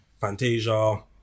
Fantasia